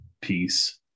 piece